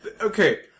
Okay